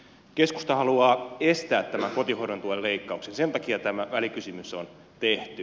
keskusta haluaa estää tämän kotihoidon tuen leikkauksen sen takia tämä välikysymys on tehty